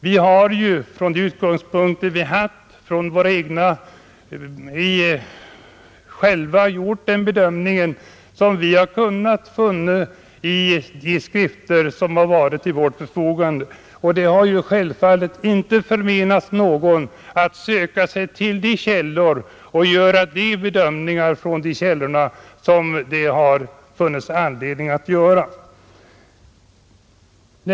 Vi har ju från de utgångspunkter vi haft gjort vår egen bedömning av de skrifter som stått till vårt förfogande. Det har självfallet inte förmenats någon att sätta sig in i dessa källor och göra de bedömningar som det då kan finnas anledning göra.